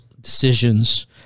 decisions